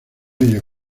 ellos